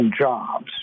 jobs